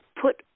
put